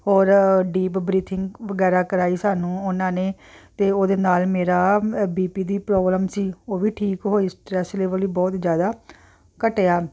ਹੋਰ deep breathing ਵਗੈਰਾ ਕਰਵਾਈ ਸਾਨੂੰ ਉਹਨਾਂ ਨੇ ਅਤੇ ਉਹਦੇ ਨਾਲ ਮੇਰਾ ਬੀ ਪੀ ਦੀ ਪ੍ਰੋਬਲਮ ਸੀ ਉਹ ਵੀ ਠੀਕ ਹੋਈ ਸਟਰੈਸ ਲੇਵਲ ਹੀ ਬਹੁਤ ਜ਼ਿਆਦਾ ਘਟਿਆ